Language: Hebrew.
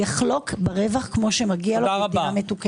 יחלוק ברווח כפי שמגיע לו במדינה מתוקנת.